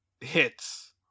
hits